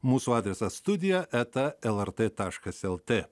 mūsų adresas studija eta lrt taškas lt